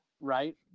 right